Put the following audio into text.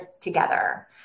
together